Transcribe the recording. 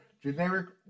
Generic